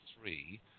three